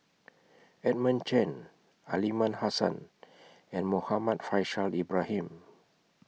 Edmund Chen Aliman Hassan and Muhammad Faishal Ibrahim